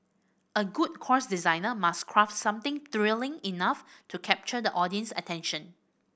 a good courses designer must craft something thrilling enough to capture the audience's attention